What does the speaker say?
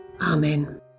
Amen